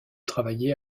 travailler